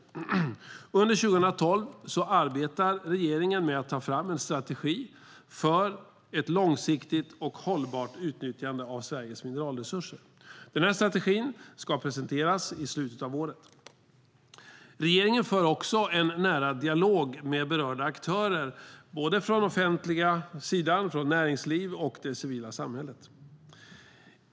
Under 2012 arbetar regeringen med att ta fram en strategi för ett långsiktigt och hållbart utnyttjande av Sveriges mineralresurser. Den här strategin ska presenteras i slutet av året. Regeringen för också en nära dialog med berörda aktörer från den offentliga sidan, från näringslivet och från det civila samhället.